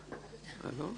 על ידי